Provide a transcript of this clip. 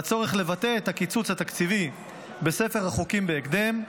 והצורך לבטא את הקיצוץ התקציבי בספר החוקים בהקדם,